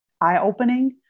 eye-opening